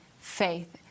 faith